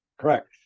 Correct